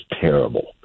terrible